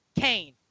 Kane